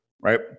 right